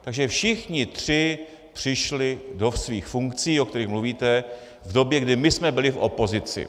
Takže všichni tři přišli do svých funkcí, o kterých mluvíte, v době, kdy my jsme byli v opozici.